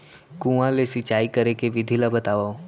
कुआं ले सिंचाई करे के विधि ला बतावव?